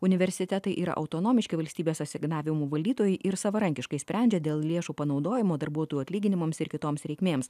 universitetai yra autonomiški valstybės asignavimų valdytojai ir savarankiškai sprendžia dėl lėšų panaudojimo darbuotojų atlyginimams ir kitoms reikmėms